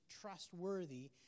trustworthy